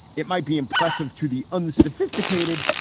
it might be impressive to the unsophisticated,